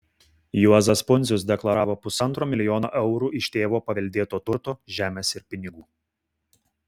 juozas pundzius deklaravo pusantro milijono eurų iš tėvo paveldėto turto žemės ir pinigų